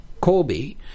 Colby